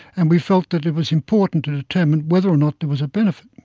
and we felt that it was important to determine whether or not there was a benefit.